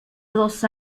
dos